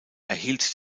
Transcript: erhielt